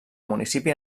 municipi